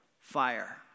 fire